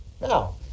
Now